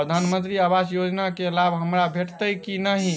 प्रधानमंत्री आवास योजना केँ लाभ हमरा भेटतय की नहि?